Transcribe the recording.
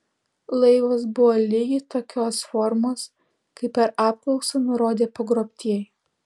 laivas buvo lygiai tokios formos kaip per apklausą nurodė pagrobtieji